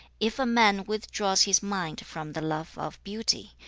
if a man withdraws his mind from the love of beauty,